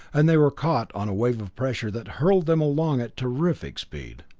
and they were caught on a wave of pressure that hurled them along at terrific speed.